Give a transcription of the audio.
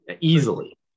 easily